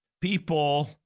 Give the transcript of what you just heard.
people